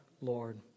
Lord